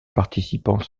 participants